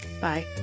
Bye